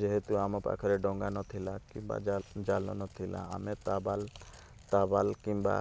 ଯେହେତୁ ଆମ ପାଖରେ ଡଙ୍ଗା ନଥିଲା କିମ୍ବା ଜା ଜାଲ ନଥିଲା ଆମେ ତାବାଲ ତାବାଲ କିମ୍ବା